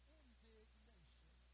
indignation